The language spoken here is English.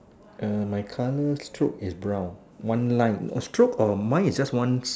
my colour stroke is brown one line stroke or mine is just one